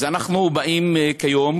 אז אנחנו באים היום,